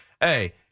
hey